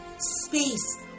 space